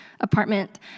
apartment